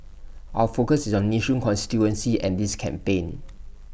our focus is on Nee soon constituency and this campaign